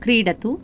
क्रीडतु